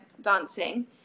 dancing